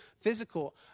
physical